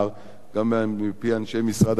גם מפי אנשי משרד הביטחון,